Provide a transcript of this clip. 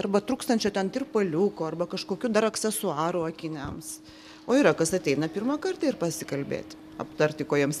arba trūkstančio ten tirpaliuko arba kažkokių dar aksesuarų akiniams o yra kas ateina pirmą kartą ir pasikalbėt aptarti ko jiems